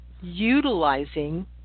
utilizing